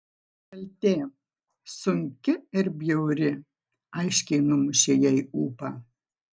kaltė sunki ir bjauri aiškiai numušė jai ūpą